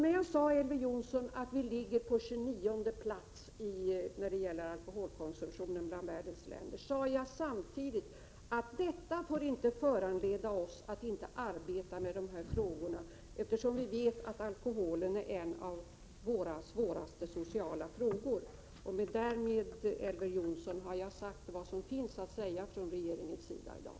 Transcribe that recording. När jag, Elver Jonsson, sade att Sverige ligger på 29:e plats bland världens länder i fråga om alkoholkonsumtionen, framhöll jag samtidigt att detta inte får föranleda oss att inte arbeta med de här frågorna, eftersom vi vet att alkoholen är en av våra svåraste sociala frågor. Därmed, Elver Jonsson, har jag sagt vad som finns att säga från regeringens sida i dag.